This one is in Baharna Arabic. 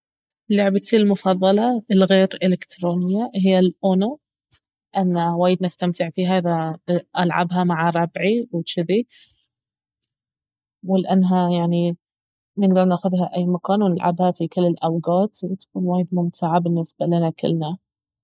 لعبتي المفضلة الغير الكترونية هي الاونو لان وايد نستمتع فيها اذا العبها مع ربعي وجذي ولأنها يعني نقدر ناخذها أي مكان ونلعبها في كل الأوقات ووايد ممتعة بالنسبة لنا كلنا